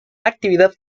actividad